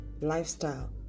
lifestyle